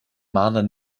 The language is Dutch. maanden